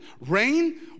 Rain